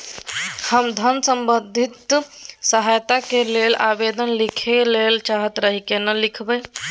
हम धन संबंधी सहायता के लैल आवेदन लिखय ल चाहैत रही केना लिखब?